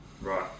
Right